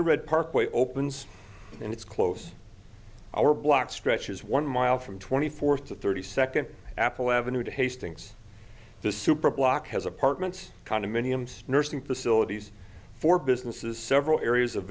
read parkway opens and it's close our block stretches one mile from twenty fourth to thirty second apple avenue to hastings the super block has apartments condominiums nursing facilities for businesses several areas of